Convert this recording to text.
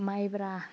माइब्रा